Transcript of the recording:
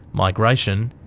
migration,